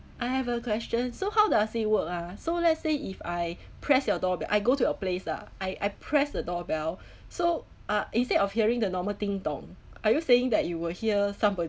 I have a question so how does it work ah so let's say if I press your door b~ I go to your place ah I I press the door bell so uh instead of hearing the normal ding dong are you saying that you will hear somebody